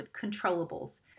controllables